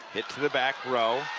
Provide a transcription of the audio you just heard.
hit to the back row.